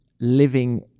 living